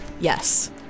yes